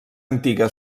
antiga